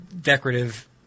decorative